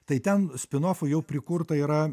tai ten spinofų jau prikurta yra